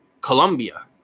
Colombia